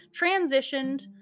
transitioned